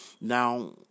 now